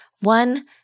One